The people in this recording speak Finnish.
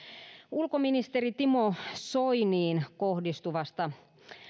ulkoministeri timo soiniin kohdistuvasta